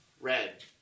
red